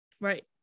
Right